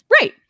right